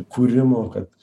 kūrimo kad